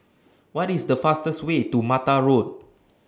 What IS The fastest Way to Mata Road